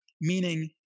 Meaning